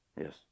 Yes